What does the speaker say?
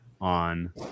on